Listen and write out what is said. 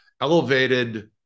elevated